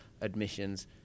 admissions